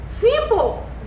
simple